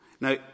now